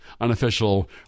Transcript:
unofficial